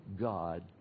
God